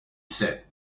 said